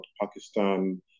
Pakistan